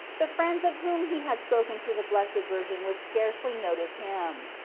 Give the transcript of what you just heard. the friends of whom he had spoken to the blessed virgin would scarcely notice him.